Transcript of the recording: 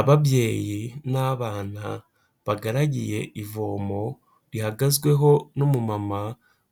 Ababyeyi n'abana bagaragiye ivomo rihagazweho n'umumama